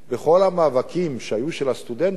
בכל המאבקים שהיו של הסטודנטים,